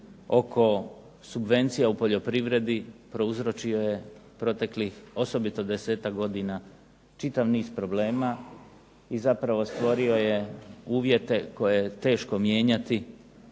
oko subvencija u poljoprivredi prouzročio je proteklih osobito desetak godina čitav niz problema i zapravo stvorio je uvjete koje je teško mijenjati